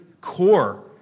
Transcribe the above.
core